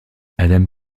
adam